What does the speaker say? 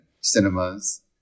cinemas